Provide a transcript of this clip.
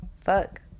fuck